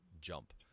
jump